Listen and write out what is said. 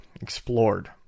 explored